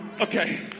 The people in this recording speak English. Okay